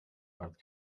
north